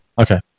Okay